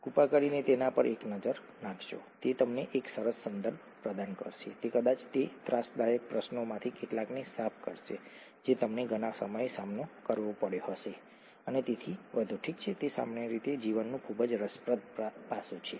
કૃપા કરીને તેના પર એક નજર નાખો તે તમને એક સરસ સંદર્ભ પ્રદાન કરશે તે કદાચ તે ત્રાસદાયક પ્રશ્નોમાંથી કેટલાકને સાફ કરશે જે તમને ઘણા સમયે સામનો કરવો પડ્યો હશે અને તેથી વધુ ઠીક છે તે સામાન્ય રીતે જીવનનું ખૂબ જ રસપ્રદ પાસું છે